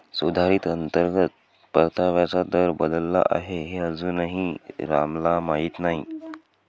सुधारित अंतर्गत परताव्याचा दर बदलला आहे हे अजूनही रामला माहीत नाही